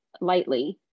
lightly